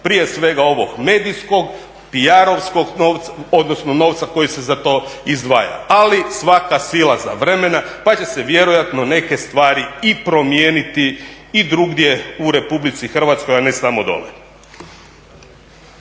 prije svega ovog medijskog, PR-ovskog novca odnosno novca koji se za to izdvaja. Ali svaka sila za vremena pa će se vjerojatno neke stvari i promijeniti i drugdje u RH, a ne samo dolje.